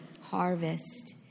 Harvest